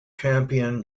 champion